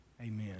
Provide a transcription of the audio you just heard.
Amen